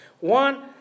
One